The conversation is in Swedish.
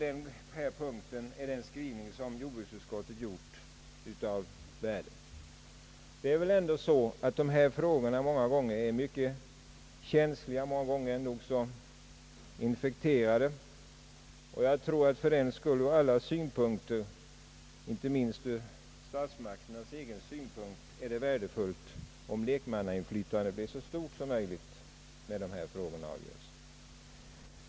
Jag tror därför att jordbruksutskottets skrivning på denna punkt är värdefull. Dessa frågor torde många gånger vara nog så känsliga och infekterade. Det vore fördenskull ur alla synpunkter, inte minst för statsmakterna, av värde om lekmannainflytandet kunde vara så stort som möjligt när dessa frågor avgörs.